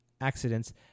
accidents